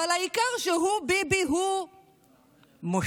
אבל העיקר שהוא, ביבי, הוא מושל.